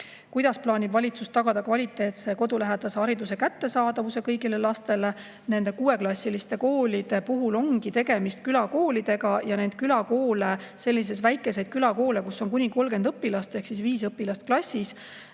Kuidas plaanib valitsus tagada kvaliteetse kodulähedase hariduse kättesaadavuse kõigile lastele? Nende kuueklassiliste koolide puhul ongi tegemist külakoolidega ja nende külakoolide, selliste väikeste külakoolide, kus on kuni 30 õpilast ehk viis õpilast klassis,